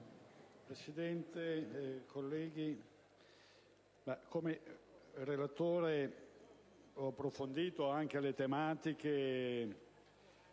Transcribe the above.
Presidente, colleghi, come relatore, ho approfondito anche le tematiche